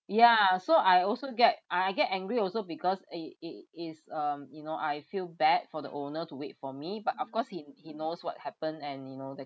ya so I also get I I get angry also because it it is um you know I feel bad for the owner to wait for me but of course he he knows what happened and you know that